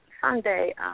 Sunday